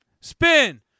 Spin